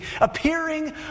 appearing